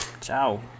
Ciao